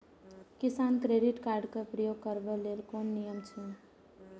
किसान credit card क प्रयोग करबाक लेल कोन नियम अछि?